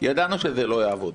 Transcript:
ידענו שזה לא יעבוד,